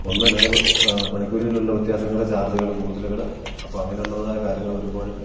ഒന്ന് ലേബർ പണിക്കൂലിയിലുള്ള വ്യത്യാസങ്ങള് ചാർജുകള് കൂടുതലുകള് അപ്പ അങ്ങനുള്ളതായ കാര്യങ്ങൾ വരുമ്പോഴ്